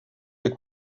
des